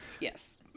Yes